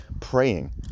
praying